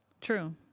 True